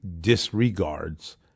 disregards